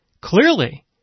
clearly